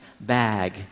bag